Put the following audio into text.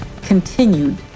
continued